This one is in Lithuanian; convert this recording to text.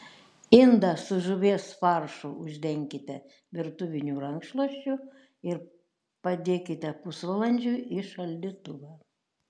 indą su žuvies faršu uždenkite virtuviniu rankšluosčiu ir padėkite pusvalandžiui į šaldytuvą